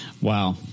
Wow